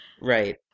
Right